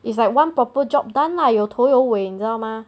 it's like one proper job done lah 有头有尾你知道吗